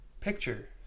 picture